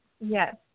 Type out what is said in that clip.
Yes